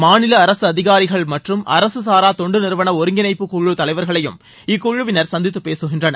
மாநில அரசு அதிகாரிகள் மற்றும் அரசு சாரா தொண்டு நிறுவன ஒருங்கிணைப்பு குழு தலைவரையும் இக்குழுவினர் சந்தித்து பேசுகின்றனர்